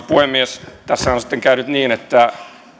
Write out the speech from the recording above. puhemies tässä on sitten käynyt niin että